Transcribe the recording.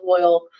oil